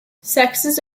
sexes